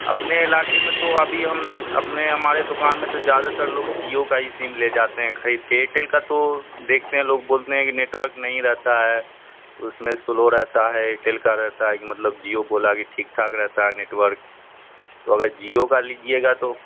اپنے علاقے میں تو ابھی ہم اپنے ہمارے دکان میں تو زیادہ تر لوگ جیو کا ہی سیم لے جاتے ہیں خرید کے ایئرٹیل کا تو دیکھتے ہیں لوگ بولتے ہیں کہ نیٹ ورک نہیں رہتا ہے اس میں سلو رہتا ہے ایئرٹیل کا رہتا ہے ایک مطلب جیو بولا کہ ٹھیک ٹھاک رہتا ہے نیٹ ورک تو اگر جیو کا لیجیے گا تو